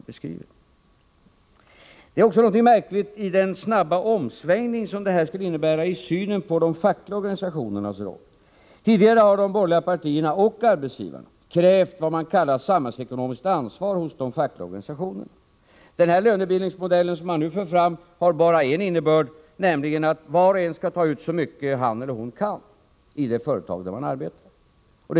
Det ligger också någonting märkligt i den snabba omsvängning som detta skulle innebära i synen på de fackliga organisationernas roll. Tidigare har de borgerliga partierna och arbetsgivarna krävt vad man kallat samhällsekonomiskt ansvar hos de fackliga organisationerna. Den lönebildningsmodell som man nu för fram har bara en enda innebörd, nämligen att var och en skall ta ut så mycket han eller hon kan i det företag där man arbetar.